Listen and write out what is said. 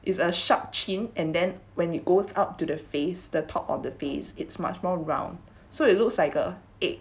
it's a sharp chin and then when it goes up to the face the top of the face it's much more round so it looks like a egg